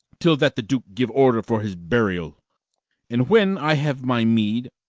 till that the duke give order for his burial and when i have my meed,